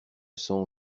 sens